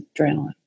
adrenaline